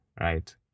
right